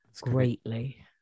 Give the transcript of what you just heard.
greatly